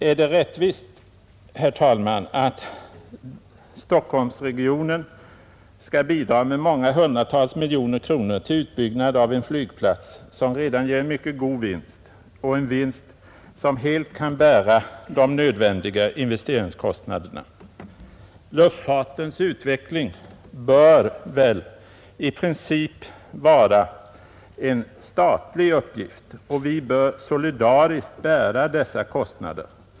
Är det rättvist, herr talman, att Stockholmsregionen skall bidra med många hundratals miljoner kronor till utbyggnad av en flygplats som redan ger mycket god vinst — en vinst som helt kan bära de nödvändiga investeringskostnaderna? Luftfartens utveckling bör väl i princip vara en statlig uppgift, och vi bör solidariskt bära dessa kostnader.